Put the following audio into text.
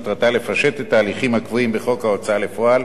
מטרתה לפשט את ההליכים הקבועים בחוק ההוצאה לפועל